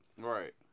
right